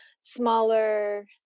smaller